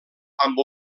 amb